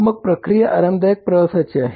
मग प्रक्रिया आरामदायक प्रवासाची आहे